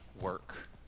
work